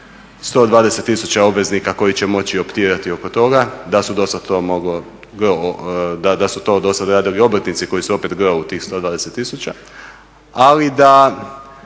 120000 obveznika koji će moći optirati oko toga. Da su dosad to moglo, da su to do sad radili obrtnici koji su opet gro u tih 120 000. Ali da